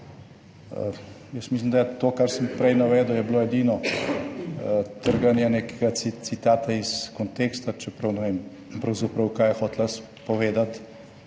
mislim, da je to, kar sem prej navedel je bilo edino trganje nekega citata iz konteksta, čeprav ne vem pravzaprav kaj je hotela povedati